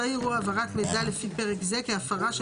לא יראו העברת מידע לפי פרק זה כהפרה של